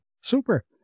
super